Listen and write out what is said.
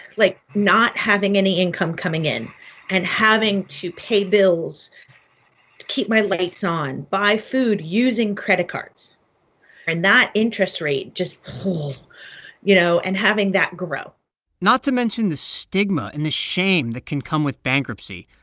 like, not having any income coming in and having to pay bills to keep my lights on, buy food using credit cards and that interest rate just you you know, and having that grow not to mention the stigma and the shame that can come with bankruptcy.